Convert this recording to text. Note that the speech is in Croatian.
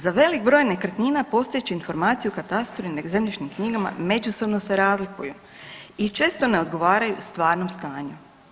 Za velik broj nekretnina postojeće informacije u katastru i zemljišnim knjigama međusobno se razliku i često ne odgovaraju stvarnom stanju.